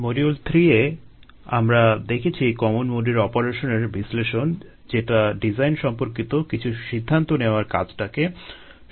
module 3 এ আমরা দেখেছি কমন মোডের অপারেশনের বিশ্লেষণ যেটা ডিজাইন সম্পর্কিত কিছু সিদ্ধান্ত নেওয়ার কাজটাকে সহজ করে দেবে